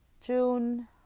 June